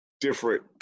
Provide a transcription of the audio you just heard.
different –